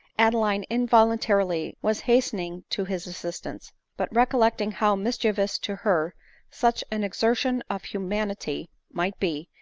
adeline involuntarily was hastening to his assistance but recollecting how mischievous to her such an exertion of humanity might be,